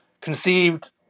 conceived